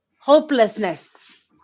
hopelessness